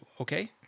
okay